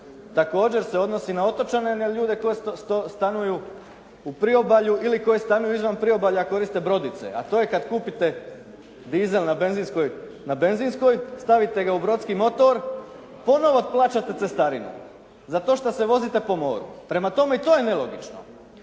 također se odnosi na otočane, na ljude koji stanuju u priobalju ili koji stanuju izvan priobalja a koriste brodice. A to je kad kupite diesel na benzinskoj, stavite ga u brodski motor, ponovo plaćate cestarinu za to što se vozite po moru. Prema tome to je nelogično.